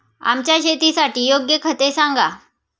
आमच्या शेतासाठी योग्य खते सांगा